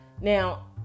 Now